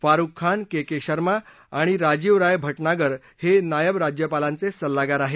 Farooq Khan K K Sharma आणि राजीव राय भाज्ञागर हे नायब राज्यपालांचे सल्लागार आहेत